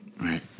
Right